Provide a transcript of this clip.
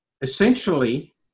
essentially